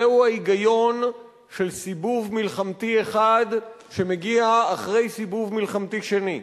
זהו ההיגיון של סיבוב מלחמתי אחד שמגיע אחרי סיבוב מלחמתי שני.